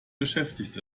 beschäftigt